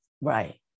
Right